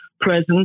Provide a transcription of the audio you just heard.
present